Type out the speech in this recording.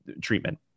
treatment